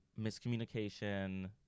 miscommunication